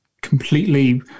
completely